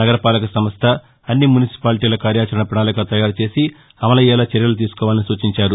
నగర పాలక సంస్థ అన్ని మున్సిపాల్టీల కార్యాచరణ ప్రణాళిక తయారుచేసి అమలయ్యేలా చర్యలు తీసుకోవాలని సూచించారు